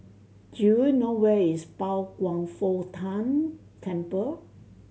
do you know where is Pao Kwan Foh Tang Temple